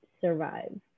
survive